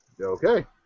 Okay